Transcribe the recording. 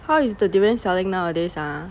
how is the durian selling nowadays ah